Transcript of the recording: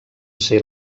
ser